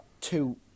two